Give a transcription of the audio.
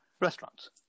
restaurants